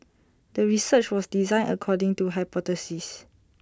the research was designed according to hypothesis